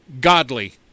godly